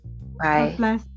Bye